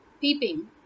peeping